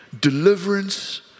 deliverance